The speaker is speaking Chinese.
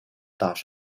大厦